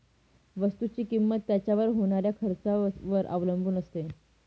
वस्तुची किंमत त्याच्यावर होणाऱ्या खर्चावर अवलंबून असते